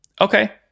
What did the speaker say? Okay